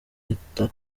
ahita